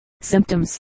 Symptoms